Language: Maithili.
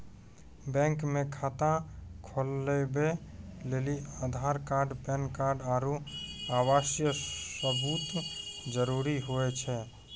बैंक मे खाता खोलबै लेली आधार कार्ड पैन कार्ड आरू आवासीय सबूत जरुरी हुवै छै